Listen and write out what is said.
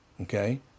Okay